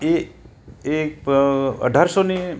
એ એક અઢારસોને